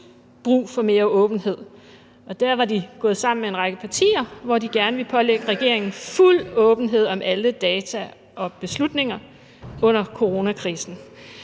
brug for mere åbenhed, og der var de gået sammen med en række partier, hvor de gerne ville pålægge regeringen fuld åbenhed om alle data og beslutninger under coronakrisen.